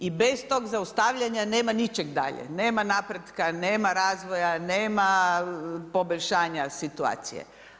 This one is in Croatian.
I bez tog zaustavljanja, nema ničeg dalje, nema napretka, nema razvoja, nema poboljšanja situacije.